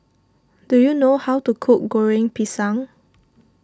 do you know how to cook Goreng Pisang